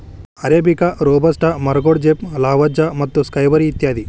arabica, robusta, ಮರಗೋಡಜೇಪ್, Lavazza ಮತ್ತು Skybury ಇತ್ಯಾದಿ